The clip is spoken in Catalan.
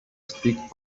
estic